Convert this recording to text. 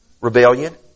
Rebellion